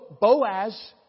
Boaz